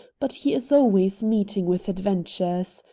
but he is always meeting with adventures.